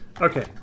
Okay